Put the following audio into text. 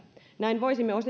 näin voisimme